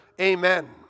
Amen